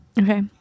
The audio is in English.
Okay